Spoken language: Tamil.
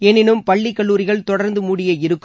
எனினும் பள்ளி கல்லுாரிகள் தொடர்ந்து மூடியே இருக்கும்